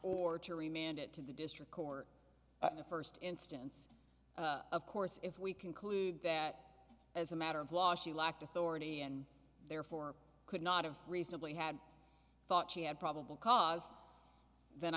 or to remain and it to the district court in the st instance of course if we conclude that as a matter of law she lacked authority and therefore could not have reasonably had thought she had probable cause then